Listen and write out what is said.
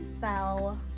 fell